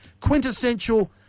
quintessential